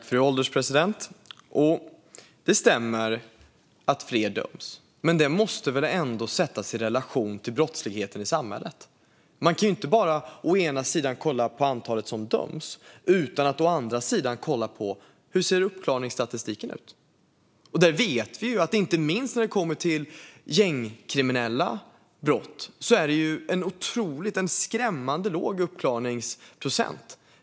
Fru ålderspresident! Det stämmer att fler döms. Men det måste väl ändå sättas i relation till brottsligheten i samhället. Man kan inte bara å ena sidan kolla på antalet som döms utan att å andra sidan kolla på hur uppklaringsstatistiken ser ut. När det kommer till inte minst gängkriminella brott vet vi att det är en otroligt, skrämmande, låg uppklaringsprocent.